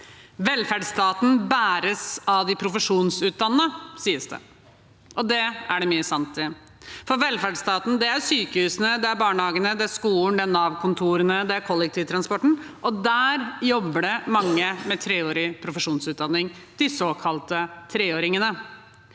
Velferdsstaten bæres av de profesjonsutdannede, sies det. Det er det mye sant i, for velferdsstaten er sykehusene, barnehagene, skolen, Nav-kontorene og kollektivtransporten, og der jobber det mange med treårig profesjonsutdanning – de såkalte treåringene.